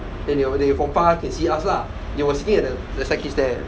then the other day from far can see us lah we were sitting at the staircase there